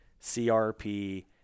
CRP